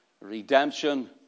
redemption